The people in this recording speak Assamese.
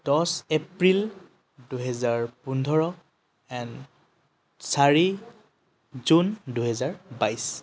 দছ এপ্ৰিল দুহেজাৰ পোন্ধৰ এণ্ড চাৰি জুন দুহেজাৰ বাইছ